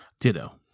ditto